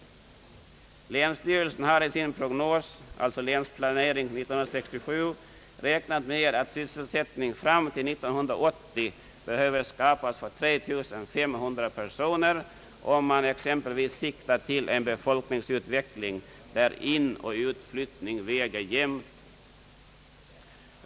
Länsstyrelsen har i:sin prognos Länsplanering 1967 räknat med att sysselsättning fram till 1980 behöver skapas för 3 500 personer, om man exempelvis siktar till en befolkningsutveckling där inoch utflyttning väger jämnt.